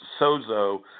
sozo